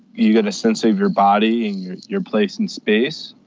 you get a sense of your body and your your place in space,